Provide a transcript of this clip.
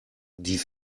die